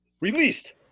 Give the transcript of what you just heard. released